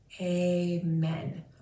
amen